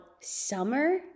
summer